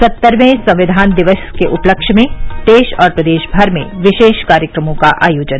सत्तरवें संविधान दिवस के उपलक्ष्य में देश और प्रदेशभर में विशेष कार्यक्रमों का आयोजन